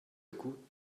coup